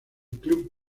club